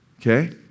okay